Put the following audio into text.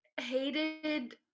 hated